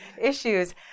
issues